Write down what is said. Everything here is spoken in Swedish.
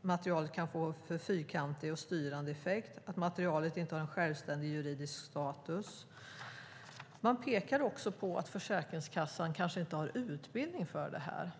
materialet kan få en för fyrkantig och styrande effekt och att materialet inte har en självständig juridisk status. Man pekar också på att Försäkringskassan kanske inte har utbildning för det här.